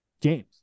James